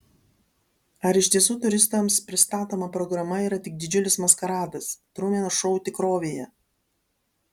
ar iš tiesų turistams pristatoma programa yra tik didžiulis maskaradas trumeno šou tikrovėje